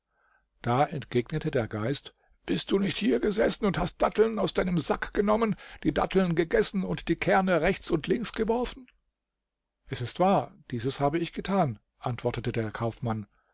da entgegnete der geist bist du nicht hier gesessen und hast datteln aus deinem sack genommen die datteln gegessen und die kerne rechts und links geworfen es ist wahr dieses habe ich getan antwortete der kaufmann